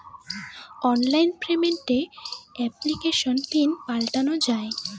online payment এপ্লিকেশনে PIN পাল্টানো যায়